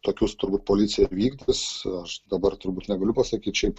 tokius turbūt policija ir vykdys aš dabar turbūt negaliu pasakyt šiaip